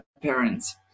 parents